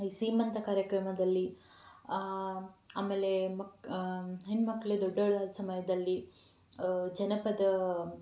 ಈ ಸೀಮಂತ ಕಾರ್ಯಕ್ರಮದಲ್ಲಿ ಆಮೇಲೆ ಮಕ್ ಹೆಣ್ಮಕ್ಳು ದೊಡ್ಡವರಾದ ಸಮಯದಲ್ಲಿ ಜನಪದ